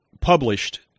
published